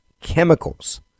chemicals